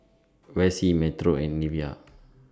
Vessie Metro and Nevaeh